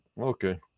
Okay